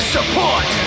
Support